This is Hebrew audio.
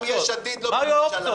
גם יש עתיד לא בממשלה.